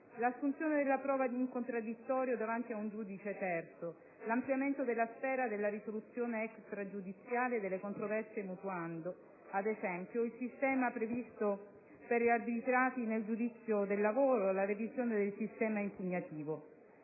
l'assunzione della prova in contraddittorio davanti a un giudice terzo, l'ampliamento della sfera della risoluzione extragiudiziale delle controversie, mutuando, ad esempio, il sistema previsto per gli arbitrati nel giudizio del lavoro, la revisione del sistema impugnativo.